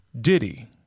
Diddy